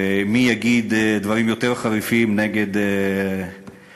ומי יגיד דברים יותר חריפים נגד הישראלים,